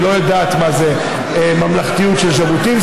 היא לא יודעת מה זה ממלכתיות של ז'בוטינסקי,